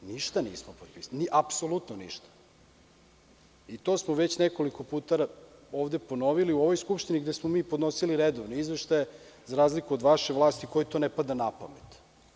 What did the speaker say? Mi ništa nismo potpisali i to smo već nekoliko puta ovde ponovili u ovoj skupštini gde smo mi podnosili redovno izveštaje, za razliku od vaše vlasti kojoj to ne pada na pamet.